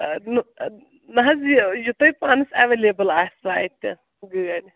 نہَ حظ یہِ یہِ تُہۍ پانَس ایٚویلیبُل آسوٕ اَتہِ گٲڑۍ